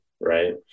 right